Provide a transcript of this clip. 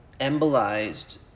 embolized